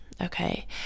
okay